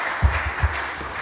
Hvala